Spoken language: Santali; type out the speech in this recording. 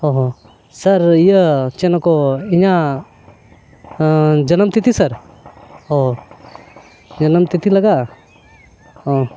ᱚᱦᱚᱸ ᱥᱟᱨ ᱤᱭᱟᱹ ᱪᱮᱫ ᱠᱚ ᱤᱧᱟᱹᱜ ᱡᱟᱱᱟᱢ ᱛᱤᱛᱷᱤ ᱥᱟᱨ ᱚ ᱡᱟᱱᱟᱢ ᱛᱤᱛᱷᱤ ᱞᱟᱜᱟᱜᱼᱟ ᱚ